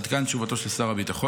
עד כאן תשובתו של שר הביטחון.